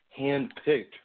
handpicked